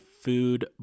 food